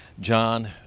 John